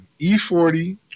E40